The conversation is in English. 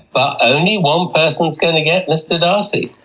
but only one person's gonna get mr. darcy.